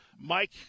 Mike